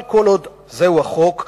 אבל כל עוד זהו החוק,